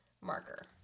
marker